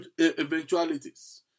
eventualities